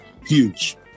huge